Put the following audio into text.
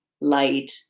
light